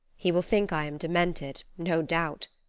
he will think i am demented, no doubt.